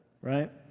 right